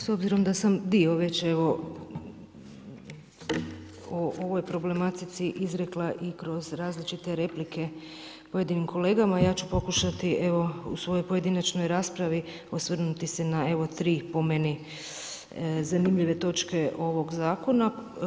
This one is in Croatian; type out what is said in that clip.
S obzirom da sam dio već evo o ovoj problematici izrekla i kroz različite replike pojedinim kolegama, ja ću pokušati evo u svojoj pojedinačnoj raspravi osvrnuti se na, evo tri po meni zanimljive točke ovog zakona.